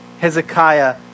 Hezekiah